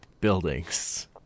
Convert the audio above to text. buildings